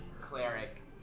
cleric